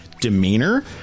demeanor